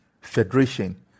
Federation